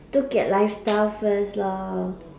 look at lifestyle first lor